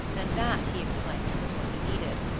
and that, he explained, was what he needed.